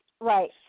Right